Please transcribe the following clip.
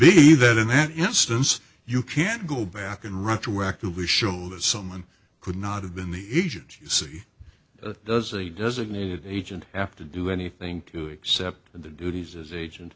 be that in that instance you can't go back and retroactively show that someone could not have been the agent the city does a designated agent after do anything except the duties as agent